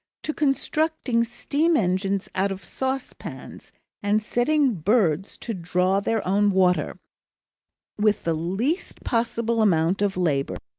to constructing steam-engines out of saucepans and setting birds to draw their own water with the least possible amount of labour,